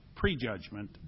Prejudgment